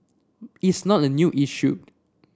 it's not a new issued